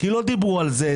כי לא דיברו על זה,